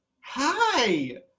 Hi